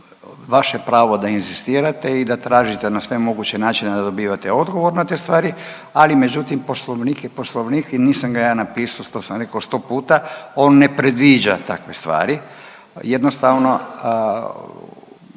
Vaše pravo da inzistirate i da tražite na sve moguće načine da dobivate odgovor na te stvari, ali međutim poslovnik je poslovnik i nisam ga ja napisao to sam rekao sto puta, on ne predviđa takve stvari, jednostavno